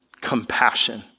Compassion